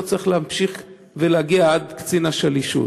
לא צריך להמשיך ולהגיע עד קצין השלישות.